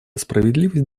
справедливость